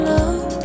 Love